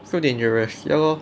so dangerous ya lor